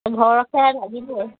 ঘৰৰখীয়া লাগিবই